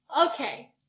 Okay